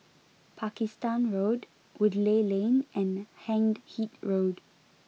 Pakistan Road Woodleigh Lane and Hindhede Road